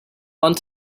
want